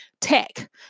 tech